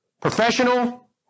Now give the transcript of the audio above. professional